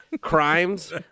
Crimes